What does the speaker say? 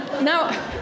Now